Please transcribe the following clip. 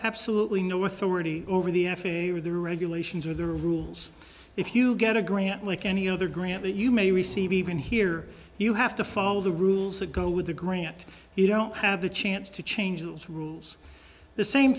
absolutely no authority over the f a a or the regulations or the rule if you get a grant like any other grant that you may receive even here you have to follow the rules that go with the grant you don't have the chance to change those rules the same